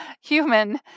human